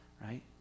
right